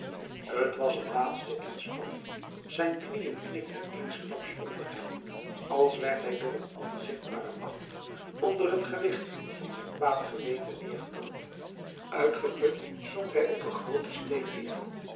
t was een laatste inspanning zijn knieën knikten eensklaps onder hem als werd hij door een onzichtbare macht onder het gewicht van zijn kwaad geweten neergedrukt uitgeput zonk hij op een grooten steen neer